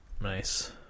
Nice